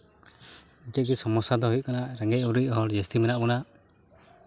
ᱛᱮᱜᱮ ᱥᱚᱢᱚᱥᱥᱟ ᱫᱚ ᱦᱩᱭᱩᱜ ᱠᱟᱱᱟ ᱨᱮᱸᱜᱚᱡᱼᱚᱨᱮᱡ ᱦᱚᱲ ᱡᱟᱹᱥᱛᱤ ᱢᱮᱱᱟᱜ ᱵᱚᱱᱟ